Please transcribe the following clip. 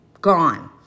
gone